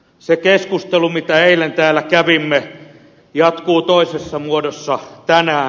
se keskustelu mitä eilen täällä kävimme jatkuu toisessa muodossa tänään